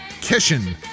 Kishin